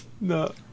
No